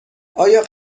آیای